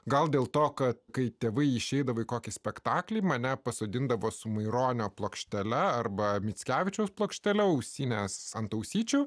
gal dėl to kad kai tėvai išeidavo į kokį spektaklį mane pasodindavo su maironio plokštele arba mickevičiaus plokštele ausines ant ausyčių